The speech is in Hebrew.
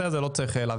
אני רק אגיד,